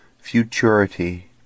futurity